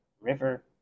river